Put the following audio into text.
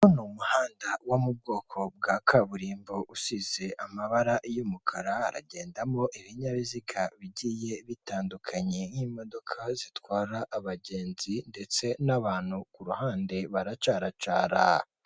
Hano hari umuhanda wo mu bwoko bwa kaburimbo usize amabara y'umukara, aragendamo ibinyabiziga bigiye bitandukanye, nk'imodoka zitwara abagenzi ndetse n'abantu kuhande baracaracara.